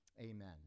Amen